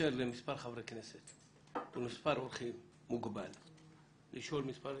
נאפשר למספר חברי כנסת ולמספר מוגבל של אורחים,